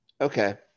okay